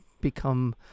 become